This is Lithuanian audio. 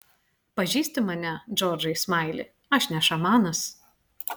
pažįsti mane džordžai smaili aš ne šamanas